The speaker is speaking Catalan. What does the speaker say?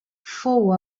fou